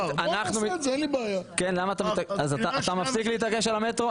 אתה מפסיק להתעקש על המטרו?